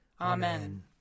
Amen